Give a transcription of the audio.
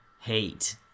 hate